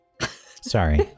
Sorry